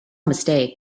mistake